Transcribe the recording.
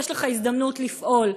יש לך הזדמנות לפעול,